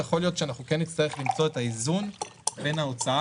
יכול להיות שאנחנו כן נצטרך למצוא את האיזון בין ההוצאה